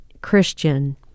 Christian